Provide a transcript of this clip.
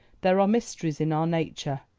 there are mysteries in our nature,